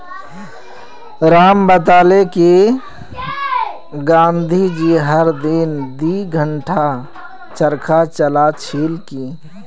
राम बताले कि गांधी जी हर दिन दी घंटा चरखा चला छिल की